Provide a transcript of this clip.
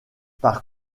par